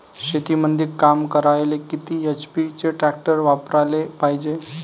शेतीमंदी काम करायले किती एच.पी चे ट्रॅक्टर वापरायले पायजे?